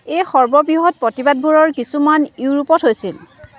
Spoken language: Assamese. এই সৰ্ববৃহৎ প্ৰতিবাদবোৰৰ কিছুমান ইউৰোপত হৈছিল